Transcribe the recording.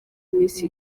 iminsi